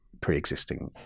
pre-existing